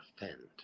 offend